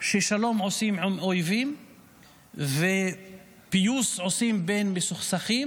ששלום עושים עם אויבים ופיוס עושים בין מסוכסכים.